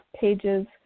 pages